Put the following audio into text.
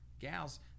gals